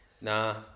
nah